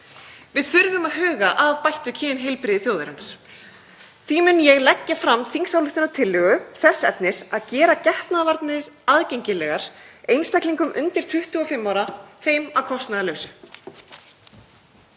Við þurfum að huga að bættu kynheilbrigði þjóðarinnar. Því mun ég leggja fram þingsályktunartillögu þess efnis að gera getnaðarvarnir aðgengilegar einstaklingum undir 25 ára þeim að kostnaðarlausu.